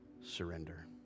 surrender